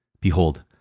Behold